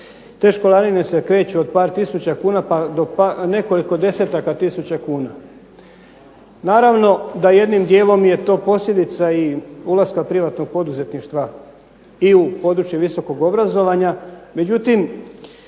Te školarine se kreću od par tisuća kuna pa do nekoliko desetaka tisuća kuna. Naravno da jednim dijelom je to posljedica i ulaska privatnog poduzetništva i u područje visokog obrazovanja, međutim